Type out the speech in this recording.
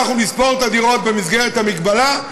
אנחנו נספור את הדירות במסגרת המגבלה,